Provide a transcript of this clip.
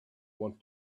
want